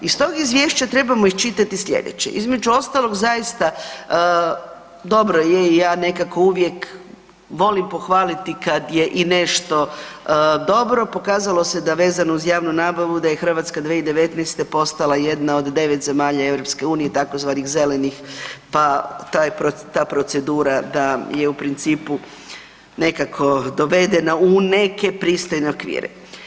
Iz tog izvješća trebamo iščitati sljedeće, između ostalog zaista dobro je i ja nekako uvijek volim pohvaliti kad je i nešto dobro, pokazalo se da je vezano uz javnu nabavu da je Hrvatska 2019. postala jedna od devet zemalja EU tzv. zelenih pa ta procedura da je u principu nekako dovedena u neke pristojne okvire.